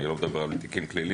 ואני אני לא מדבר על תיקים פליליים.